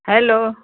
hello